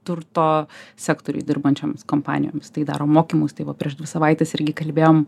turto sektoriuj dirbančioms kompanijoms tai daro mokymus tai va prieš dvi savaites irgi kalbėjom